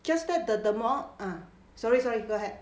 just that the the more ah sorry sorry go ahead